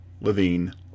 Levine